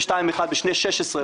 ו-2.1% ב-2016,